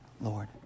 Lord